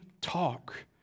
talk